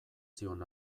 zion